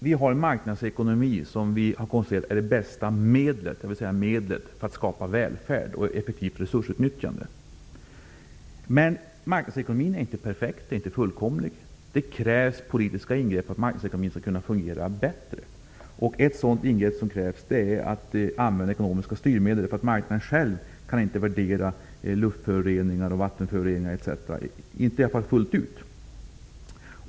Vi har en marknadsekonomi, och vi har konstaterat att denna är det bästa medlet för att skapa välfärd och ett effektivt resursutnyttjande. Men marknadsekonomin är inte perfekt eller fullkomlig. Det krävs politiska ingrepp för att marknadsekonomin skall kunna fungera bättre. Ett sådant ingrepp är användandet av ekonomiska styrmedel. Marknaden själv kan nämligen inte värdera luftföroreningar, vattenföroreningar, etc., i varje fall inte fullt ut.